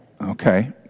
Okay